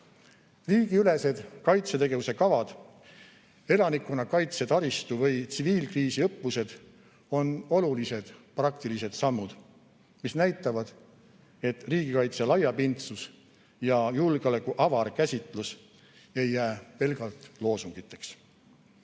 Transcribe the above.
tugineb. Riigiülesed kaitsetegevuse kavad, elanikkonnakaitse taristu või tsiviilkriisi õppused on olulised praktilised sammud, mis näitavad, et riigikaitse laiapindsus ja julgeoleku avar käsitlus ei jää pelgalt loosungiteks.